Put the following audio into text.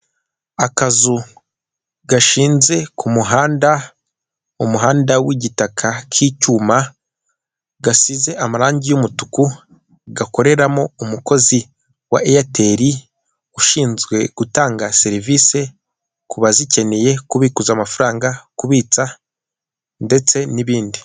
Akazu gashinze ku muhanda, umuhanda w'igitaka k'icyuma gasize amarangi y'umutuku, gakoreramo umukozi wa eyateli ushinzwe gutanga serivisi ku bazikeneye kubikuza amafaranga, kubitsa, ndetse n'ibindi.